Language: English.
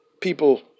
people